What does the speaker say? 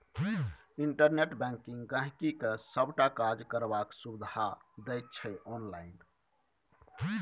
internet banking गांहिकी के सबटा काज करबाक सुविधा दैत छै आनलाइन